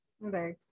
Right